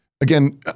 again